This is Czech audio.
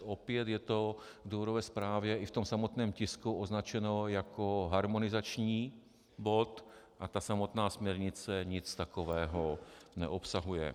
Opět je to v důvodové zprávě i v tom samotném tisku označeno jako harmonizační bod a ta samotná směrnice nic takového neobsahuje.